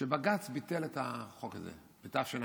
ובג"ץ ביטל את החוק הזה בתשע"ח,